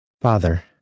Father